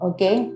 Okay